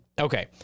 Okay